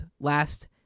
last